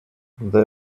they